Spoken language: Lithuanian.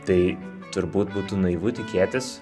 tai turbūt būtų naivu tikėtis